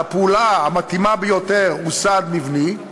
הפעולה המתאימה ביותר היא סעד מבני,